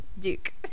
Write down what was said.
Duke